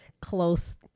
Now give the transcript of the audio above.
close